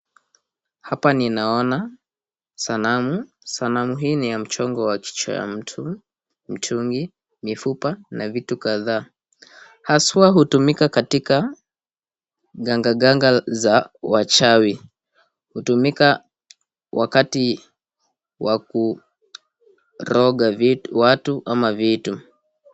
Hapa ninaona sanamu, sanamu hii ni ya mchongo wa kichwa ya mtu, mtungi, mifupa na vitu kadhaa. Haswa hutumika katika gangaganga za wachawi, hutumika wakati wa kuroga watu ama vitu.